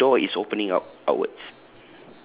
uh and the door is opening out outwards